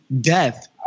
death